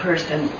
Person